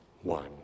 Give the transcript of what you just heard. one